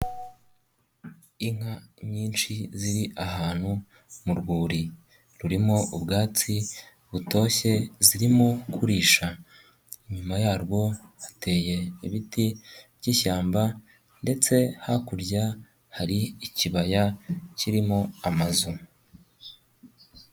Inka nyinshi ziri ahantu mu rwuri rurimo ubwatsi butoshye zirimo kurisha, inyuma yarwo hateye ibiti by'ishyamba ndetse hakurya hari ikibaya kirimo amazu.